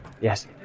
Yes